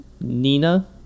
Nina